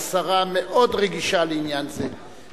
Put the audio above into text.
והשרה מאוד רגישה לעניין זה,